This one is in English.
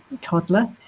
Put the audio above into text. toddler